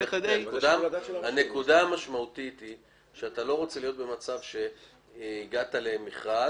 הנקודה המשמעותית היא שאתה לא רוצה להיות במצב שהגעת למכרז,